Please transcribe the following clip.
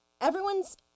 everyone's